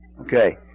Okay